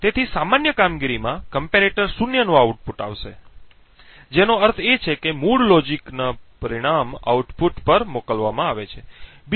તેથી સામાન્ય કામગીરીમાં તુલના કરનાર શૂન્યનું આઉટપુટ આપશે જેનો અર્થ એ કે મૂળ લોજિકનો પરિણામ આઉટપુટ પર મોકલવામાં આવે છે